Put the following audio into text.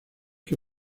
que